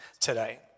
today